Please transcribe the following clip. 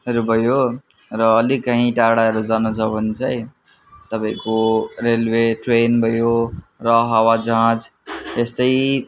हरू भयो र अलि काहीँ टाढा जानु छ भने चाहिँ तपाईँको रेलवे ट्रेन भयो र हावाजहाज यस्तै